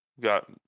got